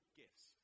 gifts